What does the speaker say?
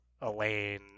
Elaine